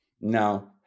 No